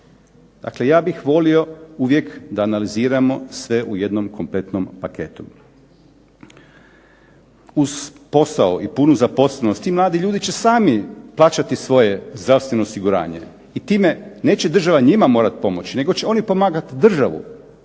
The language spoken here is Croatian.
Dakle ja bih volio uvijek da analiziramo sve u jednom kompletnom paketu. Uz posao i punu zaposlenost ti mladi ljudi će sami plaćati svoje zdravstveno osiguranje i time neće država njima morati pomoći, nego će oni pomagati državu.